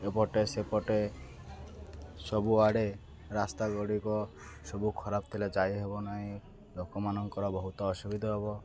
ଏପଟେ ସେପଟେ ସବୁଆଡ଼େ ରାସ୍ତା ଗୁଡ଼ିକ ସବୁ ଖରାପ ଥିଲା ଯାଇ ହେବ ନାହିଁ ଲୋକମାନଙ୍କର ବହୁତ ଅସୁବିଧା ହବ